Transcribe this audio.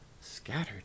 Scattered